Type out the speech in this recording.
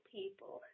people